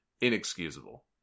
inexcusable